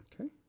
Okay